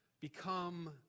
become